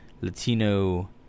Latino